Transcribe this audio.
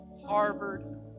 Harvard